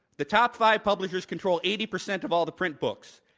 the top five publishers control eighty percent of all the print books.